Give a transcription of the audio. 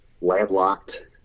landlocked